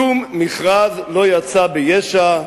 שום מכרז לא יצא ביש"ע,